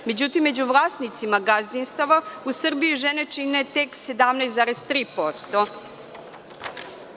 Međutim, među vlasnicima gazdinstva u Srbiji žene čine tek 17,3%